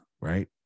right